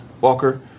Walker